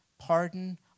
pardon